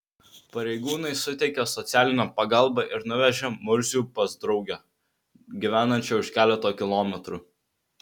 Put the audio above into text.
pareigūnai suteikė socialinę pagalbą ir nuvežė murzių pas draugę gyvenančią už keleto kilometrų